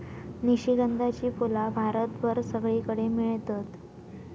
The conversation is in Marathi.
निशिगंधाची फुला भारतभर सगळीकडे मेळतत